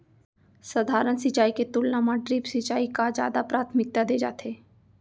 सधारन सिंचाई के तुलना मा ड्रिप सिंचाई का जादा प्राथमिकता दे जाथे